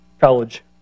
college